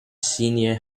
senior